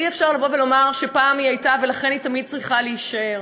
אי-אפשר לבוא ולומר שפעם היא הייתה ולכן היא תמיד צריכה להישאר.